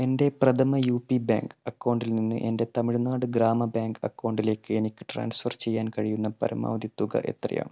എൻ്റെ Prathama U P bank അക്കൗണ്ടിൽ നിന്ന് എൻ്റെ തമിഴ്നാട് ഗ്രാമ ബാങ്ക് അക്കൗണ്ടിലേക്ക് എനിക്ക് ട്രാൻസ്ഫർ ചെയ്യാൻ കഴിയുന്ന പരമാവധി തുക എത്രയാണ്